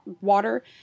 water